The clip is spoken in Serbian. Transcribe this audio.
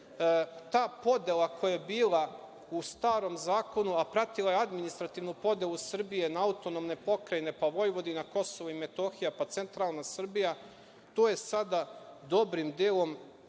Ta podela koja je bila u starom zakonu, a pratila je administrativnu podelu Srbije na autonomne pokrajine, pa Vojvodina, Kosovo i Metohija, pa centralna Srbija, to je sada dobrim delom